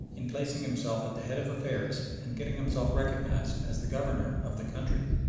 in placing himself at the head of affairs and getting himself recognised as the governor of the country.